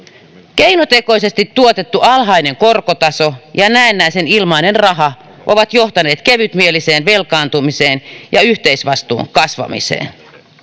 keinotekoisesti tuotettu alhainen korkotaso ja näennäisen ilmainen raha ovat johtaneet kevytmieliseen velkaantumiseen ja yhteisvastuun kasvamiseen